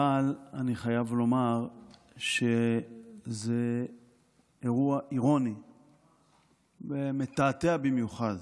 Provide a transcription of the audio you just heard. אבל אני חייב לומר שזה אירוע אירוני ומתעתע במיוחד